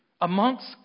amongst